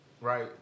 right